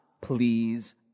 please